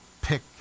pick